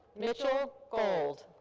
mitchell gold.